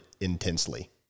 intensely